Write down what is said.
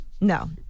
No